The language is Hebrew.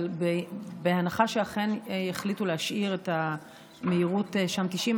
אבל בהנחה שאכן יחליטו להשאיר את המהירות שם 90,